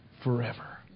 forever